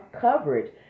coverage